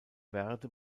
verde